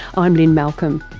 i'm lynne malcolm,